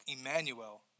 Emmanuel